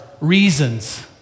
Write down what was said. reasons